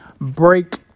break